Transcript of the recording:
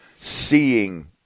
seeing –